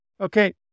Okay